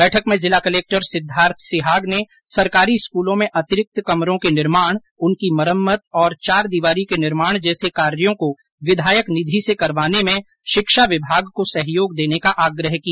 बैठक में जिला कलेक्टर सिद्वार्थ सिहाग ने सरकारी स्कूलों में अतिरिक्त कमरों के निर्माण उनकी मरम्मत और चारदिवारी के निर्माण जैसे कार्यो को विधायक निधि से करवाने में शिक्षा विभाग को सहयोग देने का आग्रह किया